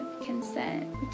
consent